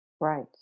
Right